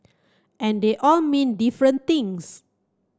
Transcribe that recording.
and they all mean different things